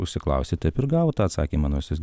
užsiklausė taip ir gavo tą atsakymą nors jis